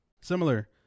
Similar